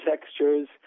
textures